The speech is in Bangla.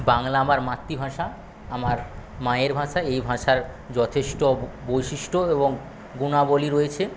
বাংলা আমার মাতৃভাষা আমার মায়ের ভাষা এই ভাষার যথেষ্ট বৈশিষ্ট্য এবং গুণাবলী রয়েছে